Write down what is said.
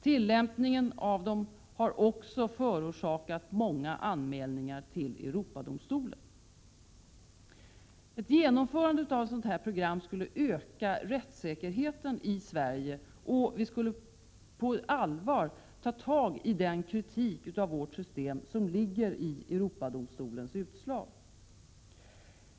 Tillämpningen av dem har också förorsakat många anmälningar till Europadomstolen. Ett genomförande av ett sådant här program skulle öka rättssäkerheten i Sverige, och vi skulle på allvar ta tag i den kritik av vårt system som ligger i Europadomstolens utslag.